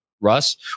Russ